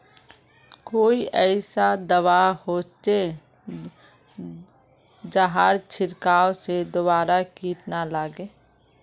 कोई ऐसा दवा होचे जहार छीरकाओ से दोबारा किट ना लगे?